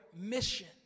mission